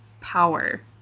power